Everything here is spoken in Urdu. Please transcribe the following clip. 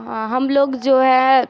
ہم لوگ جو ہے